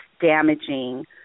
damaging